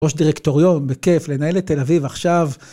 ראש דירקטוריון, בכיף, לנהל את תל אביב עכשיו.